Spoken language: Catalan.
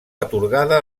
atorgada